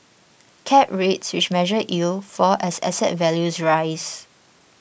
cap rates which measure yield fall as asset values rise